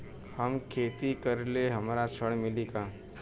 हम खेती करीले हमरा ऋण मिली का?